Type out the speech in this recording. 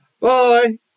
bye